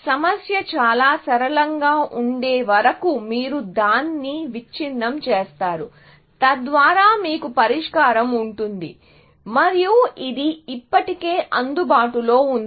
సమస్య చాలా సరళంగా ఉండే వరకు మీరు దాన్ని విచ్ఛిన్నం చేస్తారు తద్వారా మీకు పరిష్కారం ఉంటుంది మరియు ఇది ఇప్పటికే అందుబాటులో ఉంది